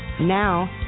Now